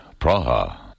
Praha